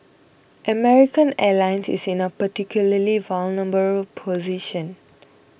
American Airlines is in a particularly vulnerable position